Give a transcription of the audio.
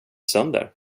sönder